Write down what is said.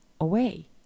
away